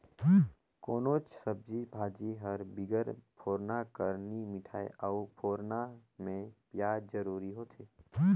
कोनोच सब्जी भाजी हर बिगर फोरना कर नी मिठाए अउ फोरना में पियाज जरूरी होथे